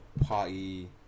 Party